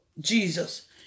Jesus